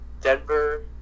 Denver